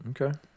Okay